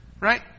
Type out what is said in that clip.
Right